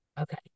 Okay